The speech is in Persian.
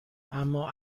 اما